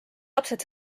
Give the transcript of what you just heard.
lapsed